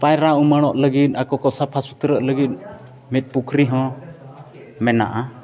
ᱯᱟᱭᱨᱟ ᱩᱢᱟᱹᱲᱚᱜ ᱞᱟᱹᱜᱤᱫ ᱟᱠᱚ ᱠᱚ ᱥᱟᱯᱷᱟ ᱥᱩᱛᱨᱚᱜ ᱞᱟᱹᱜᱤᱫ ᱢᱤᱫ ᱯᱩᱠᱷᱨᱤ ᱦᱚᱸ ᱢᱮᱱᱟᱜᱼᱟ